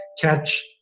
catch